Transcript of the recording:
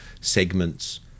segments